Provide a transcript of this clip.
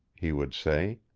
he would say.